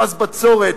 מס בצורת,